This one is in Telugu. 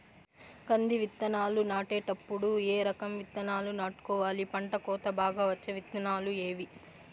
కంది విత్తనాలు నాటేటప్పుడు ఏ రకం విత్తనాలు నాటుకోవాలి, పంట కోత బాగా వచ్చే విత్తనాలు ఏవీ?